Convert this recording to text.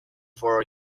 for